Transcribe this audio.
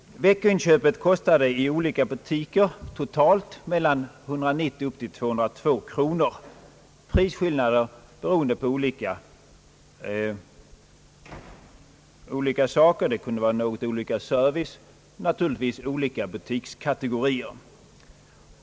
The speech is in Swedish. Veckoinköpet kostade i olika butiker totalt mellan 190 och 202 kronor. Prisskillnaden berodde på olika förhållanden. Det kunde vara något olika service och naturligtvis olika butikskategorier.